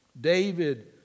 David